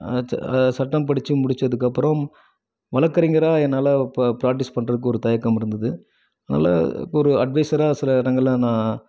ச சட்டம் படித்து முடித்ததுக்கப்பறம் வழக்கறிஞராக என்னால் ப பிராக்டிஸ் பண்றத்துக்கு ஒரு தயக்கம் இருந்தது அதனால் ஒரு அட்வைஸராக சில இடங்களில் நான்